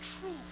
truth